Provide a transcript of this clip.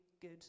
good